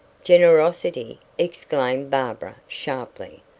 generosity! exclaimed barbara, sharply.